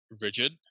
rigid